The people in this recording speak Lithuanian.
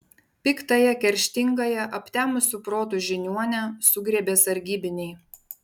piktąją kerštingąją aptemusiu protu žiniuonę sugriebė sargybiniai